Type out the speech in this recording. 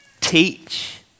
teach